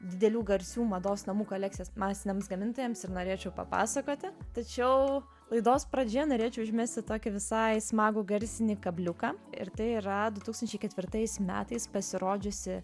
didelių garsių mados namų kolekcijas masiniams gamintojams ir norėčiau papasakoti tačiau laidos pradžioje norėčiau užmesti tokį visai smagų garsinį kabliuką ir tai yra du tūkstančiai ketvirtais metais pasirodžiusi